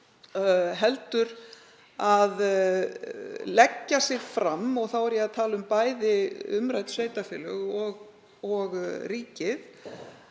heldur að leggja sig fram um, og þá er ég að tala um bæði umrædd sveitarfélög og ríkið,